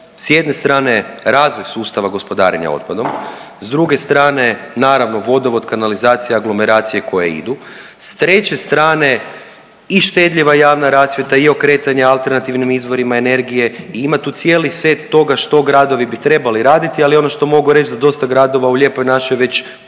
s jedne strane razvoj sustava gospodarenja otpadom, s druge strane naravno vodovod, kanalizacija, aglomeracije koje idu, s treće strane i štedljiva javna rasvjeta i okretanje alternativnim izvorima energije i ima tu cijeli set toga što gradovi bi trebali raditi, ali ono što mogu reći da dosta gradova u lijepoj našoj već